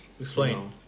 Explain